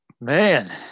Man